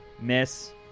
Miss